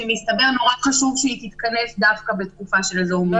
שמסתבר שנורא חשוב שהיא תתכנס דווקא בתקופה של הכרזת אזור מוגבל.